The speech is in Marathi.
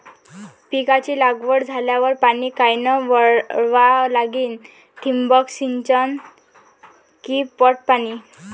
पिकाची लागवड झाल्यावर पाणी कायनं वळवा लागीन? ठिबक सिंचन की पट पाणी?